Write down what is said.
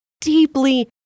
deeply